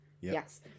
Yes